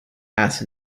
asked